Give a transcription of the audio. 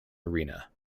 arena